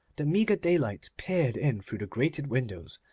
the meagre daylight peered in through the grated windows,